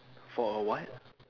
for a what